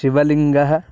शिवलिङ्गः